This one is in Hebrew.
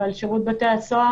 אבל בצד של שירות בתי הסוהר,